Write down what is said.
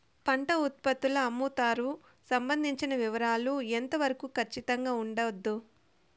పంట ఉత్పత్తుల అమ్ముతారు సంబంధించిన వివరాలు ఎంత వరకు ఖచ్చితంగా ఉండదు?